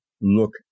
look